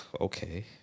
Okay